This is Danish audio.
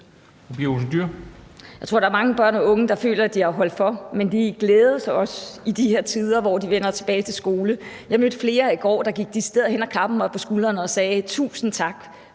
Jeg tror, der er mange børn og unge, der føler, at de har holdt for, men de glæder sig også i de her tider, hvor de vender tilbage til skolen. Jeg mødte flere i går, der decideret gik hen og klappede mig på skulderen og sagde: Tusind tak,